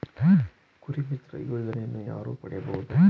ಕುರಿಮಿತ್ರ ಯೋಜನೆಯನ್ನು ಯಾರು ಪಡೆಯಬಹುದು?